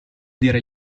dire